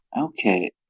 Okay